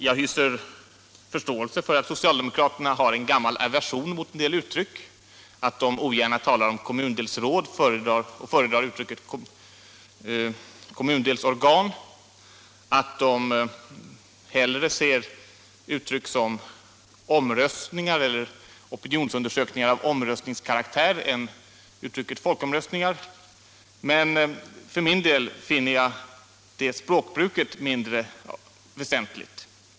Jag hyser förståelse för att socialdemokraterna har en gammal aversion mot en del uttryck, att de ogärna talar om kommundelsråd och föredrar kommundelsorgan, att de hellre ser uttryck som omröstning eller opinionsundersökningar av omröstningskaraktär än uttrycket folkomröstningar, men för min del finner jag språkbruket mindre väsentligt.